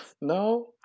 No